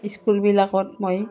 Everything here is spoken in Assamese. স্কুলবিলাকত মই